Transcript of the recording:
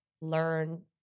learn